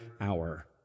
hour